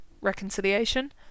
reconciliation